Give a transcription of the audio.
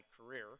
career